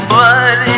blood